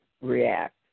react